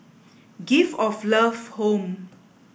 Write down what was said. gift of Love Home